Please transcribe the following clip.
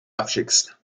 abschickst